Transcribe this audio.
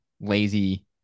lazy